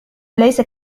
أليس